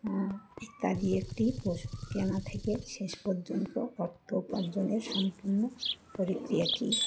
ইত্যাদি একটি পশু কেনা থেকে শেষ পর্যন্ত অর্থ উপার্জনের সম্পূর্ণ প্রক্রিয়া কী